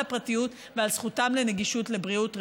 הפרטיות ועל זכותם לגישה לבריאות ראויה.